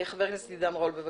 חבר הכנסת עידן רול בבקשה.